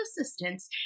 assistance